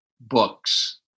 books